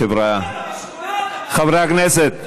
חברי הכנסת,